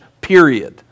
period